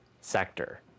sector